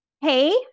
Hey